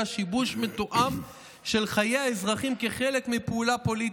שיבוש מתואם של חיי האזרחים כחלק מפעולה פוליטית.